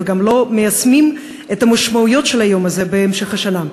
וגם לא מיישמים את המשמעויות של היום הזה במשך השנה.